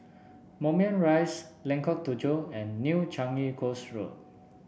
Moulmein Rise Lengkong Tujuh and New Changi Coast Road